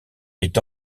est